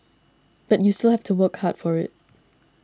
but you still have to work hard for it